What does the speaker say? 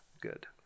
good